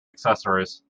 accessories